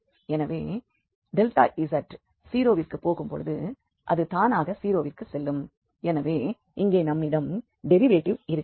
எனவே z 0 விற்கு போகும்பொழுது இது தானாக 0 விற்கு செல்லும் எனவே இங்கே நம்மிடம் டெரிவேட்டிவ் இருக்கிறது